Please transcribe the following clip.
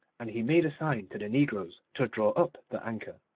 and he made a sign to the negroes to draw up the anchor.